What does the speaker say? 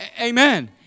Amen